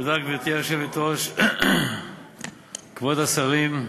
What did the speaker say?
גברתי היושבת-ראש, כבוד השרים,